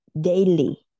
daily